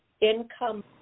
income